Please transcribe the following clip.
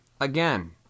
Again